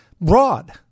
broad